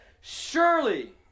Surely